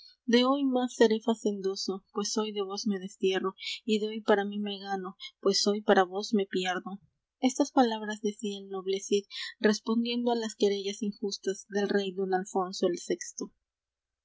de hoy más seré facendoso pues hoy de vos me destierro y de hoy para mí me gano pues hoy para vos me pierdo estas palabras decía el noble cid respondiendo á las querellas injustas del rey don alfonso el sexto